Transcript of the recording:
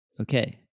Okay